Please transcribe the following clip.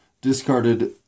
discarded